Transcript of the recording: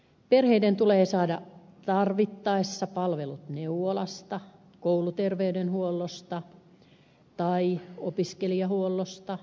perheiden tulee saada tarvittaessa palvelut neuvolasta kouluterveydenhuollosta tai opiskelijahuollosta